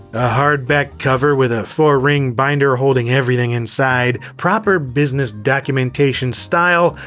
a hardback cover with a four-ring binder holding everything inside, proper business documentation style.